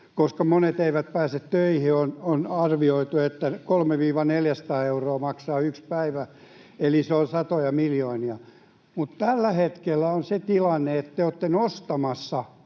koska monet eivät pääse töihin. On arvioitu, että 300—400 euroa maksaa yksi päivä, [Vasemmalta: Näin on!] eli se on satoja miljoonia. Mutta tällä hetkellä on se tilanne, että te olette nostamassa